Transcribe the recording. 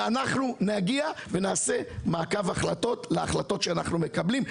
ואנחנו נגיע ונעשה מעקב החלטות להחלטות שאנחנו מקבלים,